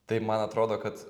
tai man atrodo kad